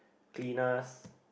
cleaners